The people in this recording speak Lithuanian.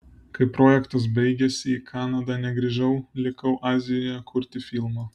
kai projektas baigėsi į kanadą negrįžau likau azijoje kurti filmo